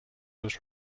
was